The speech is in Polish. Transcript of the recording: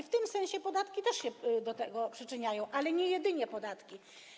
W tym sensie podatki też się do tego przyczyniają, ale nie jedynie podatki.